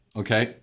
okay